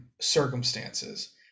circumstances